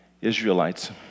Israelites